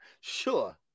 Sure